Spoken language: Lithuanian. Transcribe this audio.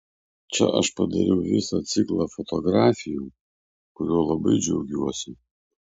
čia aš padariau visą ciklą fotografijų kuriuo labai džiaugiuosi